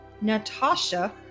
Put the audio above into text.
Natasha